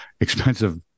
expensive